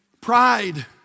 Pride